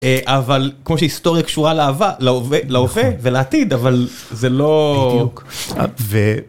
אבל כמו שהיסטוריה קשורה לעבר להווה להווה ולעתיד אבל זה לא... - בדיוק